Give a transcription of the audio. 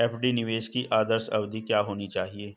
FD निवेश की आदर्श अवधि क्या होनी चाहिए?